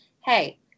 hey